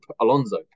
Alonso